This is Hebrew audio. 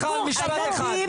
מיכל, משפט אחד.